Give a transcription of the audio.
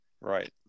Right